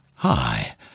Hi